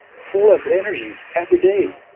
full of energy every day.